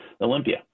Olympia